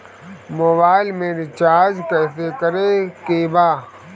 Mobile में recharge कइसे करे के बा?